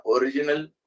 original